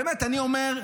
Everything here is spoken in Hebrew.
באמת אני אומר,